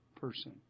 person